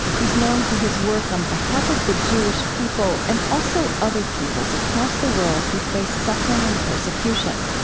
he's known for his work on behalf of the jewish people and also other peoples across the world who face suffering and persecution.